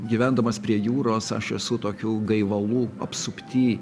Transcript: gyvendamas prie jūros aš esu tokių gaivalų apsupty